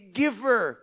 giver